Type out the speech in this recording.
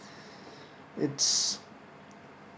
it's